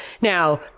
Now